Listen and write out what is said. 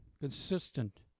Consistent